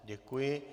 Děkuji.